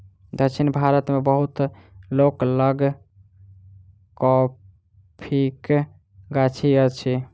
दक्षिण भारत मे बहुत लोक लग कॉफ़ीक गाछी अछि